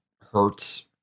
hurts